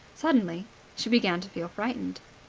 suddenly she began to feel frightened.